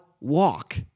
walk